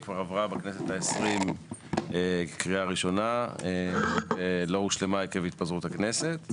היא כבר עברה בכנסת ה-20 קריאה ראשונה ולא הושלמה עקב התפזרות הכנסת,